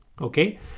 okay